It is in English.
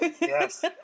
Yes